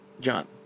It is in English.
John